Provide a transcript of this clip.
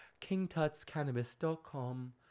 Kingtutscannabis.com